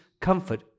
comfort